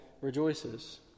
rejoices